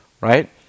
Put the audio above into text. right